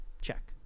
Check